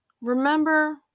Remember